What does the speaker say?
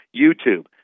YouTube